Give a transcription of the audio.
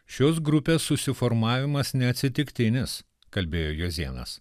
šios grupės susiformavimas neatsitiktinis kalbėjo juozėnas